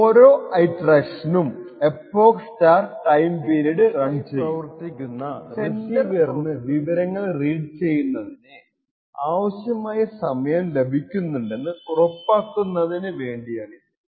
ഓരോ ഇറ്ററേഷനും epoch TIME PERIOD run ചെയ്യും സെൻഡർ പ്രോസസ്സിൽ നിന്ന് അസിൻക്രണസ് ആയി പ്രവർത്തിക്കുന്ന റിസീവറിനു വിവരങ്ങൾ റീഡ് ചെയ്യുന്നതിന് ആവശ്യമായ സമയം ലഭിക്കുന്നുണ്ടെന്ന് ഉറപ്പാക്കുന്നതിന് വേണ്ടിയാണിത്